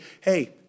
hey